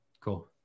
Cool